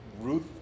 Ruth